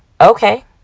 Okay